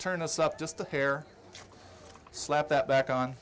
turn us up just a hair slap that back on